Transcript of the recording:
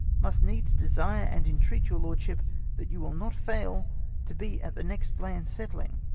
must needs desire and entreat your lordship that you will not fail to be at the next land settling,